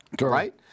Right